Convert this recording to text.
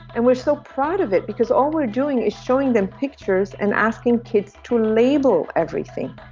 and we're so proud of it because all we're doing is showing them pictures and asking kids to label everything